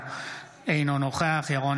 אינו נוכח יוראי להב הרצנו,